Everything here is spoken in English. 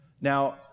Now